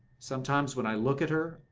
sometimes, when i look at her,